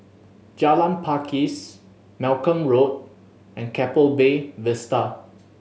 Jalan Pakis Malcolm Road and Keppel Bay Vista